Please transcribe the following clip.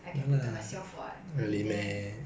I can pamper myself [what] why need them